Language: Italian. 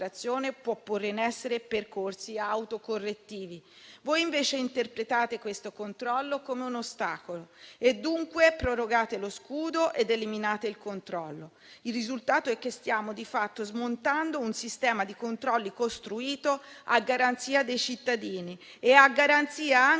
può porre in essere percorsi autocorrettivi». Voi invece interpretate questo controllo come un ostacolo e dunque prorogate lo scudo ed eliminate il controllo. Il risultato è che stiamo di fatto smontando un sistema di controlli costruito a garanzia dei cittadini e anche